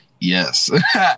yes